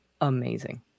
amazing